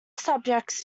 subjects